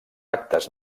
actes